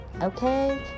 okay